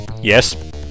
Yes